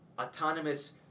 autonomous